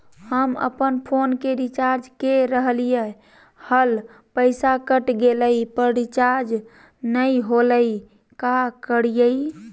हम अपन फोन के रिचार्ज के रहलिय हल, पैसा कट गेलई, पर रिचार्ज नई होलई, का करियई?